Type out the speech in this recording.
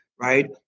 right